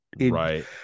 Right